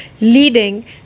leading